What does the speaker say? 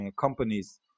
companies